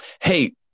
Hey